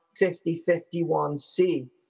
5051C